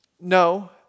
No